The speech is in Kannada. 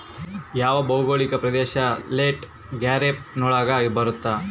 ಯಾವ ಭೌಗೋಳಿಕ ಪ್ರದೇಶ ಲೇಟ್ ಖಾರೇಫ್ ನೊಳಗ ಬರುತ್ತೆ?